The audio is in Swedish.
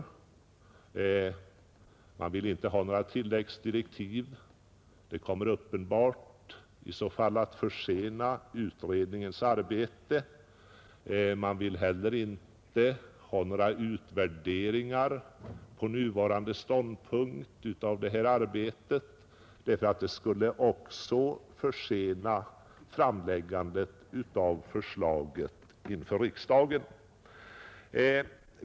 Utredningen vill inte ha några tilläggsdirektiv. Detta skulle uppenbarligen försena utredningens arbete. Man vill heller inte för närvarande göra några utvärderingar av detta arbete, eftersom även det skulle försena framläggandet av förslaget.